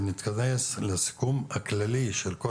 ונתכנס לסיכום הכללי של כל